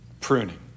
pruning